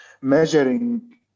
measuring